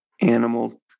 animal